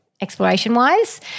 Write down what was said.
exploration-wise